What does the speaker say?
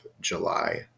July